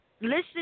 listen